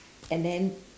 and then